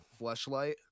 Fleshlight